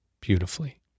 beautifully